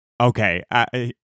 okay